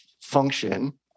function